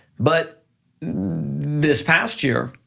but this past year,